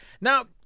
Now